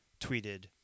tweeted